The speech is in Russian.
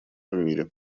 мире